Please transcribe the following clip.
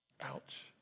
Ouch